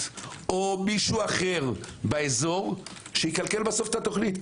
או מישהו אחר באזור שיקלקל בסוף את התוכנית.